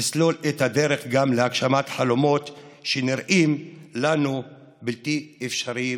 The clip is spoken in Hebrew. יסלול את הדרך גם להגשמת חלומות לשלום שנראים לנו בלתי אפשריים,